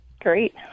Great